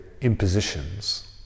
impositions